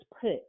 put